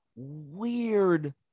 Weird